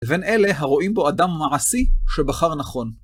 ובין אלה הרואים בו אדם מעשי שבחר נכון.